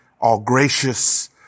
all-gracious